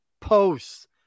posts